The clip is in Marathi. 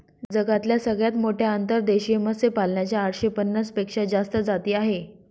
जगातल्या सगळ्यात मोठ्या अंतर्देशीय मत्स्यपालना च्या आठशे पन्नास पेक्षा जास्त जाती आहे